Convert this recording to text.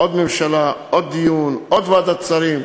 עוד ממשלה, עוד דיון, עוד ועדת שרים,